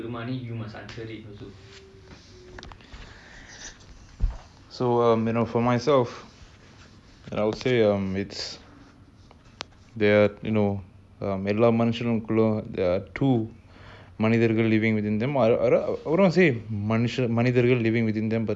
living within them and what I mean by that is um there's a socially acceptable எல்லாமனிதர்களுக்கும்:ella manidhargalukum